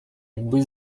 якби